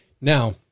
now